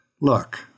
look